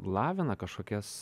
lavina kažkokias